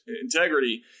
integrity